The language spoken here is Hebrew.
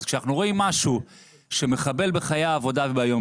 אז כשאנחנו רואים משהו שמחבל בחיי העבודה וביום